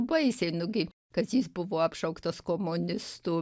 baisiai nugi kazys buvo apšauktas komunistu